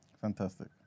Fantastic